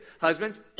Husbands